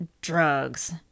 drugs